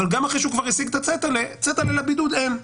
אבל גם אחרי שהוא כבר השיג את הצטלה צטלה לבידוד אין.